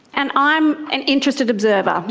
and i'm an interested observer,